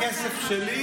שכל ישר.